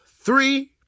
three